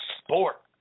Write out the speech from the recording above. sport